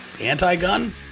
anti-gun